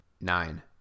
nine